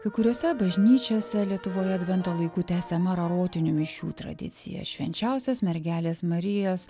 kai kuriose bažnyčiose lietuvoje advento laiku tęsiama rarotinių mišių tradicija švenčiausios mergelės marijos